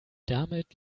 damit